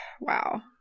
wow